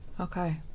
Okay